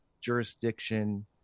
jurisdiction